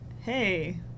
Hey